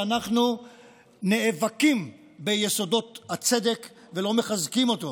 שאנחנו נאבקים ביסודות הצדק ולא מחזקים אותו.